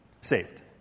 saved